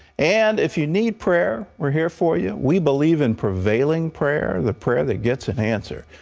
and if you need prayer, we're here for you. we believe in prevailing prayer, the prayer that gets an answer.